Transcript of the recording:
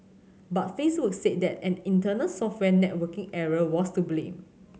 but Facebook said that an internal software networking error was to blame